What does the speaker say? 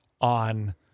on